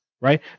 right